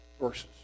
verses